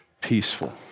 peaceful